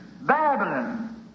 Babylon